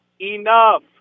enough